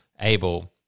able